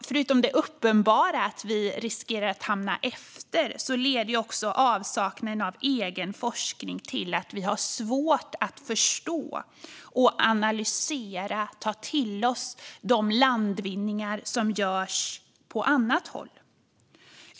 Förutom det uppenbara att Sverige riskerar att hamna efter leder också avsaknaden av egen forskning till att det är svårt att förstå, analysera och ta till oss av de landvinningar som görs på annat håll.